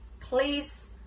please